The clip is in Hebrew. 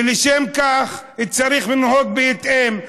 ולשם כך צריך לנהוג בהתאם.